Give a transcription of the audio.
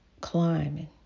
climbing